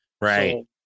Right